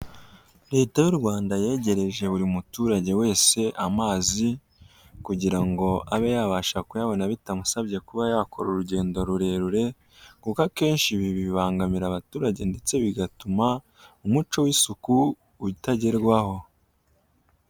Leta y'u Rwanda yegereje buri muturage wese amazi kugira ngo abe yabasha kuyabona bitamusabye kuba yakora urugendo rurerure kuko akenshi ibi bibangamira abaturage ndetse bigatuma umuco w'isuku utagerwaho.